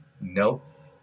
Nope